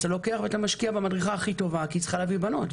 אז אתה לוקח ואתה משקיע במדריכה הכי טובה כי היא צריכה להביא בנות,